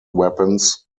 weapons